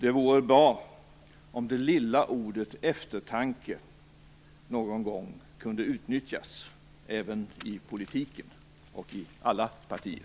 Det vore bra om det lilla ordet eftertanke någon gång kunde utnyttjas även i politiken, och i alla partier.